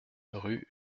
rue